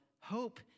hope